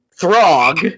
Throg